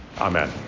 Amen